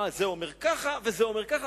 זה אומר ככה וזה אומר ככה,